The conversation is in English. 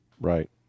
Right